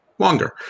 Longer